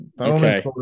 Okay